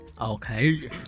okay